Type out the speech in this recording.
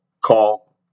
call